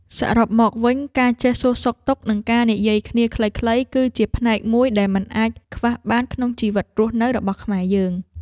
សរុបមកវិញការចេះសួរសុខទុក្ខនិងការនិយាយគ្នាខ្លីៗគឺជាផ្នែកមួយដែលមិនអាចខ្វះបានក្នុងជីវិតរស់នៅរបស់ខ្មែរយើង។